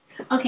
Okay